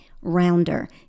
rounder